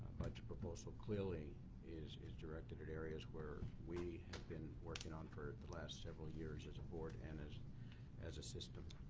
budget proposal clearly is is directed at areas where we have been working on for the last several years board and as as a system.